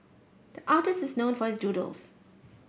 the artist is known for doodles